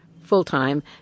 full-time